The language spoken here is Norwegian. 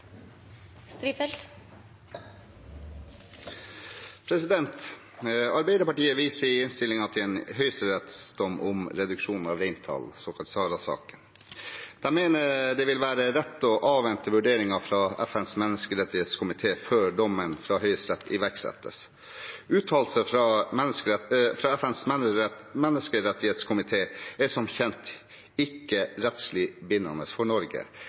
Arbeiderpartiet viser i innstillingen til en høyesterettsdom om reduksjon av reintall, den såkalte Sara-saken. De mener det vil være rett å avvente vurderingen fra FNs menneskerettighetskomité før dommen fra Høyesterett iverksettes. Uttalelser fra FNs menneskerettighetskomité er som kjent ikke rettslig bindende for Norge.